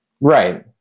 Right